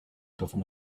perform